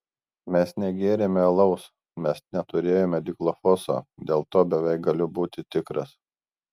mes negėrėme alaus mes neturėjome dichlofoso dėl to beveik galiu būti tikras